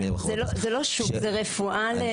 זה לא שוק, זאת רפואה לזוגות.